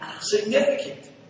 significant